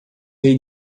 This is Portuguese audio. rei